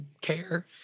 care